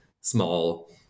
small